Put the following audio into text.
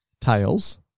tails